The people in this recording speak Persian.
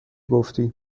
گفتی